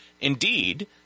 Indeed